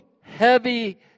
heavy